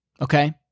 okay